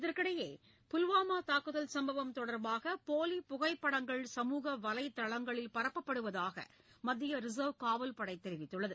இதற்கிடையே புல்வாமா தாக்குதல் சம்பவம் தொடர்பாக போலிப் புகைப்படங்கள் சமூக வலைதளங்களில் பரப்பப்படுவதாக மத்திய ரிசர்வ் காவல் படை தெரிவித்துள்ளது